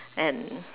and